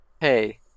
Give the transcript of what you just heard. hey